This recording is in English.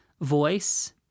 voice